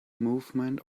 movement